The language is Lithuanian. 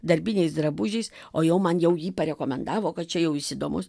darbiniais drabužiais o jau man jau jį parekomendavo kad čia jau jis įdomus